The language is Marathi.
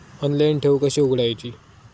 ऑनलाइन ठेव कशी उघडायची?